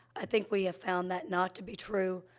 i think we have found that not to be true,